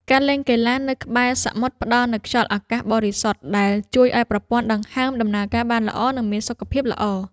ការលេងកីឡានៅក្បែរសមុទ្រផ្ដល់នូវ ខ្យល់អាកាសបរិសុទ្ធ ដែលជួយឱ្យប្រព័ន្ធដង្ហើមដំណើរការបានល្អ និងមានសុខភាពល្អ។